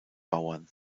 bauern